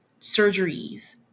surgeries